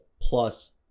plus